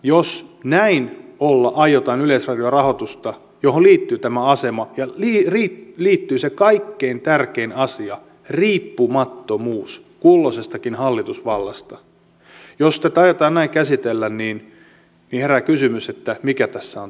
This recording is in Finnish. jos näin aiotaan käsitellä yleisradion rahoitusta johon liittyy tämä asema ja liittyy se kaikkein tärkein asia riippumattomuus kulloisestakin hallitusvallasta niin herää kysymys mikä tässä on tavoite